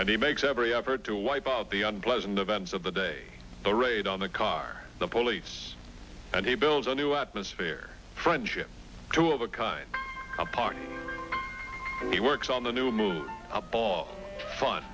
and he makes every effort to wipe out the unpleasant events of the day the raid on the car the police and he builds a new atmosphere friendship two of a kind part he works on the new move a ball fun